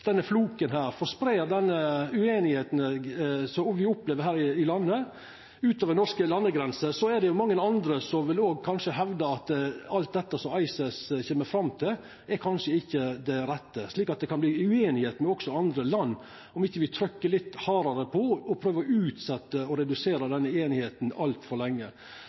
denne floken. For om denne ueinigheita som me opplever her i landet, spreier seg utover norske landegrenser, kan det henda mange andre òg hevdar at alt det som ICES kjem fram til, kanskje ikkje er det rette – slik at det kan verta ueinigheit også med andre land om me ikkje trykkjer litt hardare på, og prøver å utsetja å redusera denne ueinigheita altfor lenge.